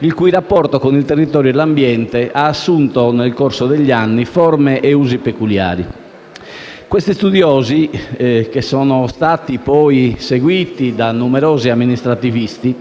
il cui rapporto con il territorio e l'ambiente ha assunto nel corso degli anni forme e usi peculiari. Questi studiosi, che sono stati seguiti da numerosi amministrativisti,